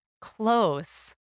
close